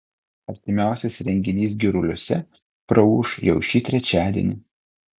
artimiausias renginys giruliuose praūš jau šį trečiadienį